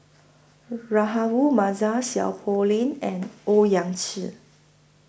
Rahayu Mahzam Seow Poh Leng and Owyang Chi